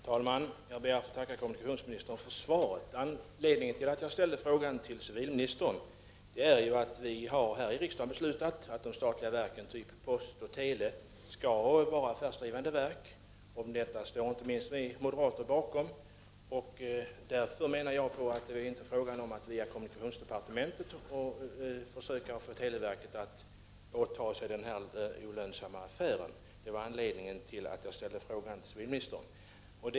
Herr talman! Jag ber att få tacka kommunikationsministern för svaret. Anledningen till att jag ställde frågan till civilministern är att vi här i riksdagen har beslutat att de statliga verken, typ postverket och televerket, skall vara affärsdrivande. Detta står inte minst vi moderater bakom. Därför menar jag att det inte kan vara kommunikationsdepartementet som skall försöka få televerket att åta sig den här olönsamma affären. Detta var alltså anledningen till att jag ställde frågan till civilministern.